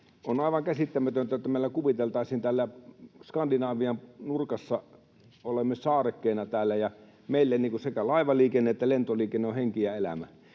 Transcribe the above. On aivan käsittämätöntä, että meillä kuviteltaisiin tällaista täällä Skandinavian nurkassa. Olemme saarekkeena täällä, ja meille sekä laivaliikenne että lentoliikenne ovat henki ja elämä.